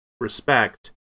respect